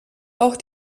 auch